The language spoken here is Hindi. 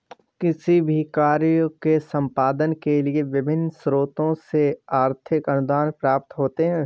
किसी भी कार्य के संपादन के लिए विभिन्न स्रोतों से आर्थिक अनुदान प्राप्त होते हैं